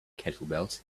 kettlebells